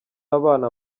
abana